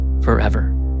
forever